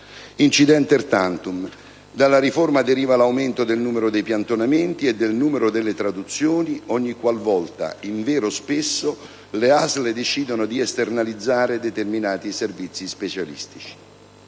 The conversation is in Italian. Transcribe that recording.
*Incidenter tantum:* dalla riforma deriva l'aumento del numero dei piantonamenti e del numero delle traduzioni ogni qualvolta (invero spesso) le ASL decidono di esternalizzare determinati servizi specialistici.